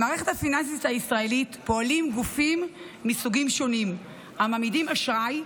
במערכת הפיננסית הישראלית פועלים גופים מסוגים שונים המעמידים אשראי,